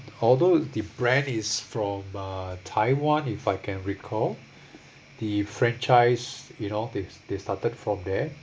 although the brand is from uh taiwan if I can recall the franchise you know they they started from there